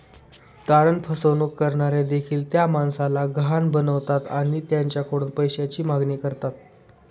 तारण फसवणूक करणारे देखील त्या माणसाला गहाण बनवतात आणि त्याच्याकडून पैशाची मागणी करतात